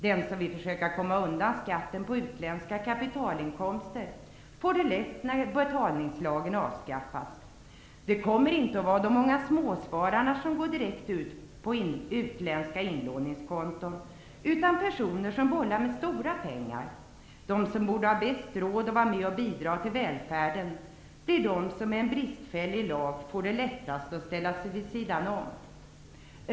Den som vill försöka komma undan skatten på utländska kapitalinkomster får det lätt när betalningslagen avskaffas. Det kommer inte att vara de många småspararna som går direkt ut och skaffar utländska inlåningskonton, utan personer som bollar med stora pengar. De som borde ha bäst råd att bidra till välfärden blir de som med en bristfällig lag får det lättast att ställa sig vid sidan av.